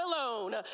alone